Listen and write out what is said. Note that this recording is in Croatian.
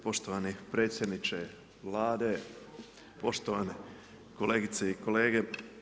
Poštovani predsjedniče Vlade, poštovane kolegice i kolege.